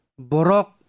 Borok